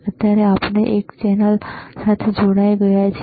અત્યારે આપણે ચેનલ એક સાથે જોડાઈ ગયા છીએ